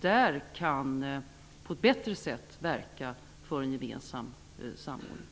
Där kan vi på ett bättre sätt verka för en gemensam samordning.